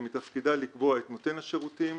מתפקידה לקבוע את נותן השירותים,